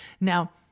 Now